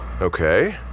Okay